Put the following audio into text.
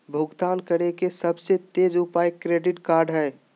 भुगतान करे के सबसे तेज उपाय क्रेडिट कार्ड हइ